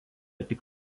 tik